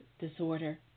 disorder